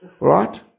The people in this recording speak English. right